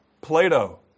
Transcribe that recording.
Plato